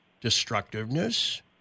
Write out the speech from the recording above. destructiveness